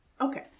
Okay